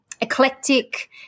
eclectic